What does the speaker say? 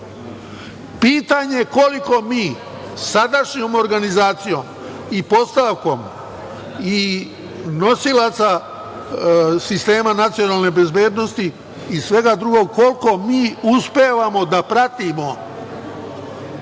Pitanje je koliko mi sadašnjom organizacijom i postavkom i nosilaca sistema nacionalne bezbednosti i svega drugog uspevamo da pratimo